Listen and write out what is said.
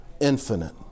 infinite